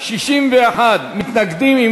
61 מתנגדים.